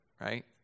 right